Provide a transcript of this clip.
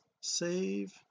save